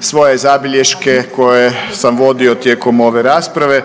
svoje zabilješke koje sam vodio tijekom ove rasprave,